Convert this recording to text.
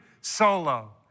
solo